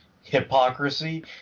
hypocrisy